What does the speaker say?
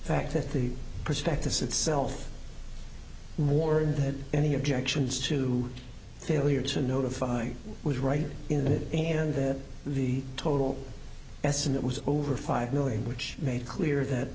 fact that the prospectus itself mord that any objections to failure to notify was right in it and that the total mess in that was over five million which made clear that